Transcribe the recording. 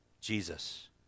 Jesus